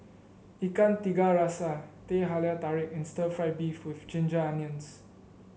Ikan Tiga Rasa Teh Halia Tarik and Stir Fried Beef with Ginger Onions